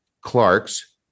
Clark's